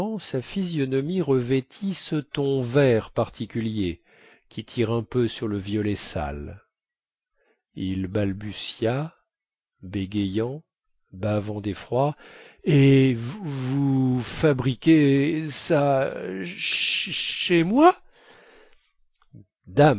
sa physionomie revêtit ce ton vert particulier qui tire un peu sur le violet sale il balbutia bégayant bavant deffroi et vous fabriquez ça chez moi dame